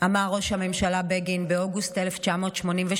אמר ראש הממשלה בגין באוגוסט 1983,